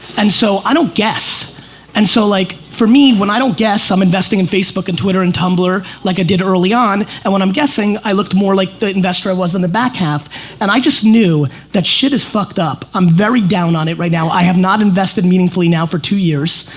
and so i don't guess and so like for me, when i don't guess i'm investing in facebook and twitter and tumbler, like i did early on and when i'm, guessing i looked more like the investor i was on the back half and i just knew that shit is fucked up. i'm very down on it right now, i have not invested meaningfully now for two years,